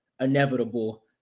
inevitable